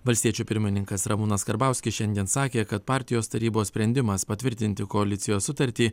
valstiečių pirmininkas ramūnas karbauskis šiandien sakė kad partijos tarybos sprendimas patvirtinti koalicijos sutartį